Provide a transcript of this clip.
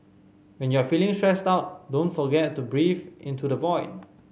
when you are feeling stressed out don't forget to breathe into the void